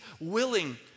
willing